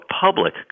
public